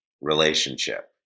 relationship